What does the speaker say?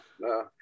no